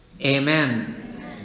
Amen